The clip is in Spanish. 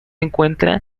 encuentra